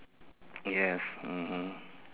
yes mmhmm